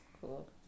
Cool